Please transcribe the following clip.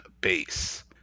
base